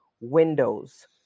windows